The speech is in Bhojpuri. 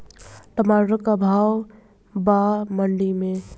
टमाटर का भाव बा मंडी मे?